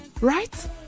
Right